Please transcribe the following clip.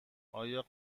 آیا